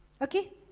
Okay